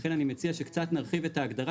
לכן אני מציע שקצת נרחיב את ההגדרה,